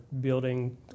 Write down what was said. building